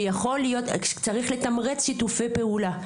שיכול להיות שצריך לתמרץ שיתופי פעולה.